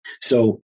So-